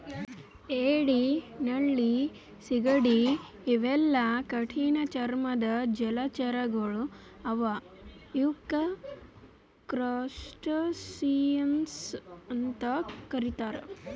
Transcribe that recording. ಏಡಿ ನಳ್ಳಿ ಸೀಗಡಿ ಇವೆಲ್ಲಾ ಕಠಿಣ್ ಚರ್ಮದ್ದ್ ಜಲಚರಗೊಳ್ ಅವಾ ಇವಕ್ಕ್ ಕ್ರಸ್ಟಸಿಯನ್ಸ್ ಅಂತಾ ಕರಿತಾರ್